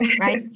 right